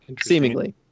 Seemingly